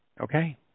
Okay